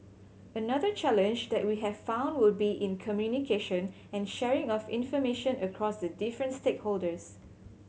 another challenge that we have found would be in communication and sharing of information across the different stakeholders